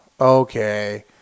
okay